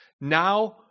Now